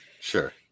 Sure